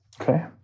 Okay